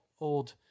old